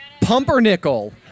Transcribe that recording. Pumpernickel